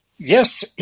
Yes